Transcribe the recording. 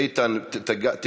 איתן ברושי,